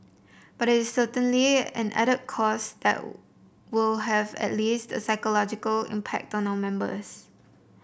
but it's certainly an added cost that will have at least a psychological impact on our members